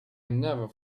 never